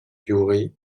yuri